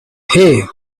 hey